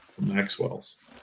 Maxwell's